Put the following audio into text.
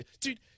Dude